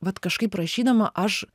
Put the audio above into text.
vat kažkaip rašydama aš